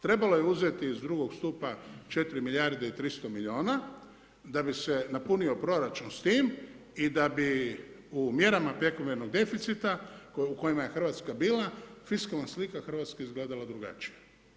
Trebalo je uzeti iz drugog stupa 4 milijarde i 300 miliona da bi se napunio proračun s tim i da bi u mjerama prekomjernog deficita u kojima je Hrvatska bila fiskalna slika Hrvatske izgledala drugačije.